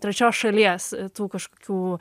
trečios šalies tų kažkokių